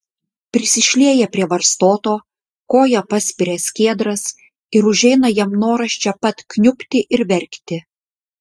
prisišlieja prie varstoto koja paspiria skiedras ir užeina jam noras čia pat kniubti ir verkti